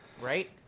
Right